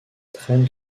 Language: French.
trent